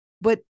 but